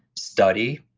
study,